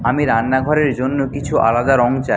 আমি রান্নাঘরের জন্য কিছু আলাদা রঙ চাই